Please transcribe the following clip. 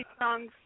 songs